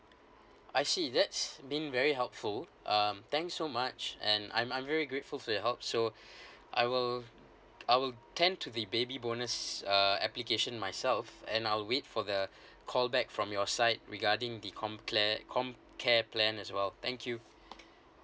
I see that's being very helpful um thank so much and I'm I'm very grateful to your help so I will I will tend to the baby bonus uh application myself and I'll wait for the callback from your side regarding the comcare comcare plan as well thank you